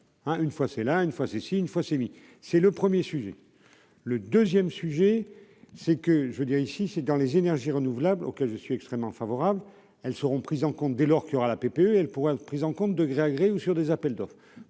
une fois, c'est là une fois si, si, une fois c'est lui, c'est le 1er sujet : le 2ème sujet c'est que je veux dire ici, c'est dans les énergies renouvelables, auquel je suis extrêmement favorable, elles seront prises en compte dès lors qu'il y aura la PPE elle point être prise en compte de gré à gré ou sur des appels d'offres